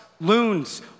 loons